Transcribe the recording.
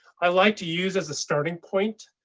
i like to use as a starting point